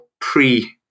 pre